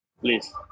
please